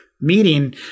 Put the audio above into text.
meeting